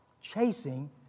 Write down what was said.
chasing